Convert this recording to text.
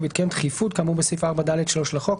ובהתקיים דחיפות כאמור בסעיף 4(ד)(3) לחוק,